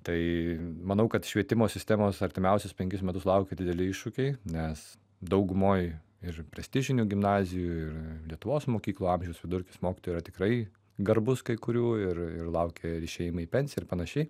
tai manau kad švietimo sistemos artimiausius penkis metus laukia dideli iššūkiai nes daugumoj ir prestižinių gimnazijų ir lietuvos mokyklų amžiaus vidurkis mokytojų yra tikrai garbus kai kurių ir ir laukia ir išėjimai į pensiją ir panašiai